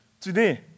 Today